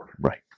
Right